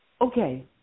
Okay